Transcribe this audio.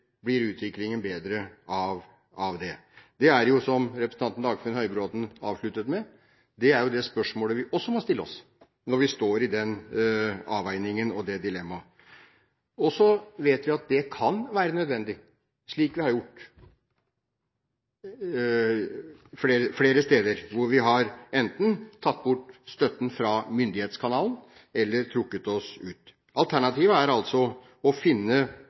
blir utviklingen bedre av det? Det er, som representanten Dagfinn Høybråten avsluttet med, det spørsmålet vi også må stille oss når vi står overfor den avveiningen og det dilemmaet. Og så vet vi at det kan være nødvendig, slik vi har gjort flere steder, hvor vi enten har tatt bort støtten fra myndighetskanalen eller trukket oss ut. Alternativet er altså å finne